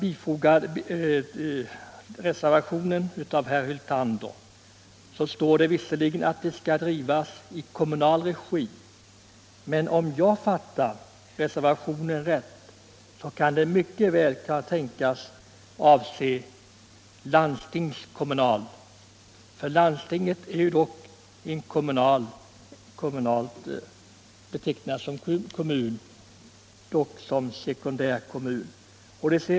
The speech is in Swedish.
I reservationen av herr Hyltander står visserligen att bidragsgivandet skall drivas i kommunal regi, men om jag fattar reservationen rätt kan det mycket väl tänkas avse landstingskommunal regi. Landstingen betecknas ju som sekundärkommuner.